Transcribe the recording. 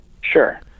Sure